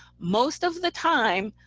most of the time,